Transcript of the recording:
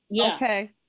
Okay